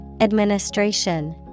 Administration